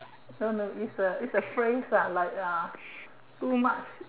no no it's a friend lie ah do much